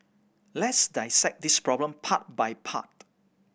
let's dissect this problem part by part